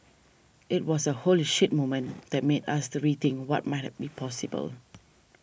it was a holy shit moment that made us to rethink what might be possible